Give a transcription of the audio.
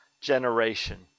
generation